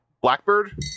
blackbird